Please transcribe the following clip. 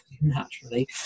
naturally